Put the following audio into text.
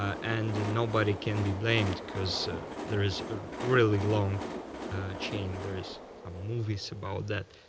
and nobody can be blamed, because there's a really long chain. there's ah movies about that.